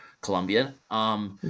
Colombia